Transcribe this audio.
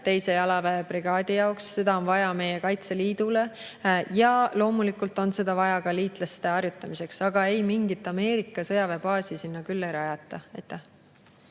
2. jalaväebrigaadi jaoks, seda on vaja Kaitseliidule ja loomulikult on seda vaja ka liitlastele harjutamiseks. Aga ei, mingit Ameerika sõjaväebaasi sinna küll ei rajata.